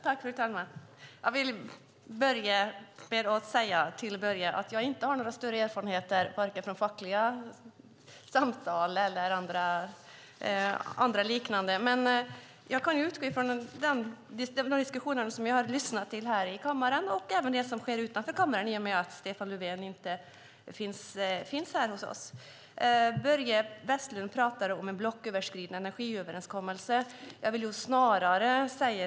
Fru talman! Jag vill börja med att säga till Börje att jag inte har några större erfarenheter från fackliga samtal eller andra liknande samtal. Jag utgår från de diskussioner som jag har lyssnat till här i kammaren och även från det som sker utanför kammaren i och med att Stefan Löfven inte finns här hos oss. Börje Vestlund pratar om en blocköverskridande energiöverenskommelse.